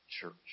church